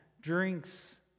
drinks